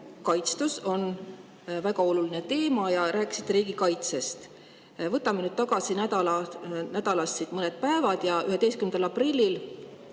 kaitstus on väga oluline teema, ja rääkisite riigikaitsest. Võtame nüüd nädalas tagasi mõned päevad. 11. aprillil